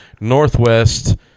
Northwest